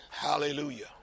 Hallelujah